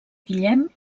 guillem